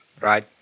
Right